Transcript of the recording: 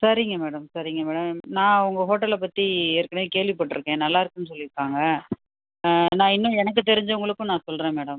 சரிங்க மேடம் சரிங்க மேடம் நான் உங்கள் ஹோட்டலை பற்றி ஏற்கனவே கேள்விப்பட்டுருக்கேன் நல்லாருக்குன்னு சொல்லிருக்காங்க ஆ நான் இன்னும் எனக்கு தெரிஞ்சவங்களுக்கும் நான் சொல்லுறேன் மேடம்